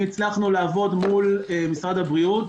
אם הצלחנו לעבוד מול משרד הבריאות